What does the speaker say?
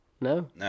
No